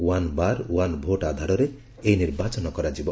one bar one vote ଆଧାରରେ ଏହି ନିର୍ବାଚନ କରାଯିବ